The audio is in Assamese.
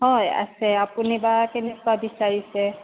হয় আছে আপুনি বা কেনেকুৱা বিচাৰিছে